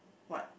what